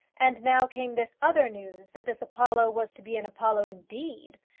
and now came this other news that this apollo was to be an apollo indeed!